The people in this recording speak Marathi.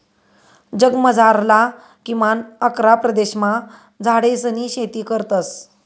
जगमझारला किमान अकरा प्रदेशमा झाडेसनी शेती करतस